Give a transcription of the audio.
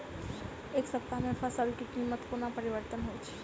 एक सप्ताह मे फसल केँ कीमत कोना परिवर्तन होइ छै?